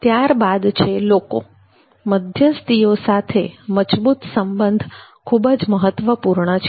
ત્યારબાદ છે લોકો મધ્યસ્થીઓ સાથે મજબૂત સંબંધ ખૂબ જ મહત્વપૂર્ણ છે